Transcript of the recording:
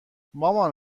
مامان